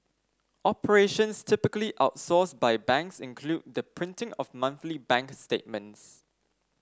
operations typically outsourced by banks include the printing of monthly bank statements